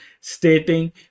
stating